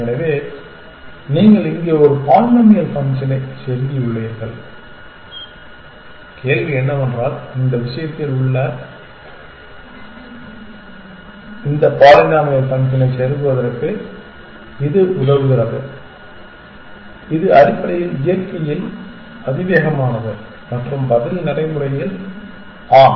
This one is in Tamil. எனவே நீங்கள் இங்கே ஒரு பாலினாமியல் ஃபங்க்ஷனை செருகியுள்ளீர்கள் கேள்வி என்னவென்றால் இந்த விஷயத்தின் உள்ளே இந்த பாலினாமியல் ஃபங்க்ஷனை செருகுவதற்கு இது உதவுகிறது இது அடிப்படையில் இயற்கையில் அதிவேகமானது மற்றும் பதில் நடைமுறையில் ஆம்